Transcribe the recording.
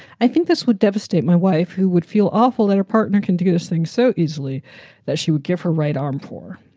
i think this would devastate my wife, who would feel awful that her partner can do this thing so easily that she would give her right arm poor.